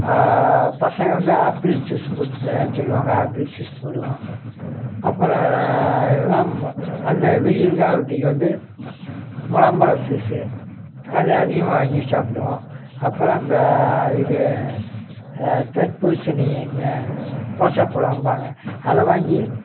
பசங்கள் வந்து apple juice போட்டு தரச்சொல்லுவாங்க ஆப்பிள் ஜூஸ் போடுவோம் அப்புறம் எல்லாம் அந்த வெயில் காலத்திக்கு வந்து முலாம்பழம் ஜூஸ் அதை அதிகமாக வாங்கி சாப்பிடுவோம் அப்புறம் அந்த இது தர்ப்பூசணி என்ன கோசப்பழம்பாங்க அதை வாங்கி